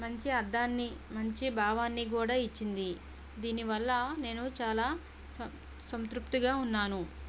మంచి అర్ధాన్ని మంచి భావాన్ని కూడా ఇచ్చింది దీనివల్ల నేను చాలా సం సంతృప్తిగా ఉన్నాను